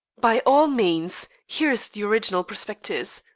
by all means. here is the original prospectus.